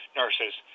nurses